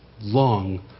long